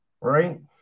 right